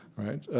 right?